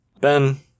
Ben